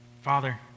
Father